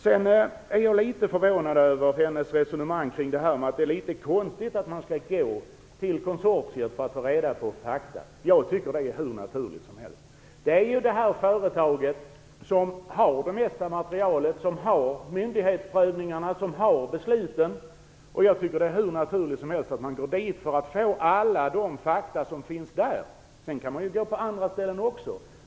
Sedan är jag litet förvånad över Elisa Abascal Reyes resonemang om att det är litet konstigt att man skall gå till konsortiet för att få reda på fakta. Jag tycker att det är hur naturligt som helst. Det är ju det här företaget som har det mesta materialet, myndighetsprövningarna och besluten. Det är hur naturligt som helst att man går dit för att få alla de fakta som finns där. Sedan kan man också gå på andra ställen.